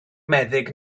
meddyg